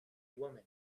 woman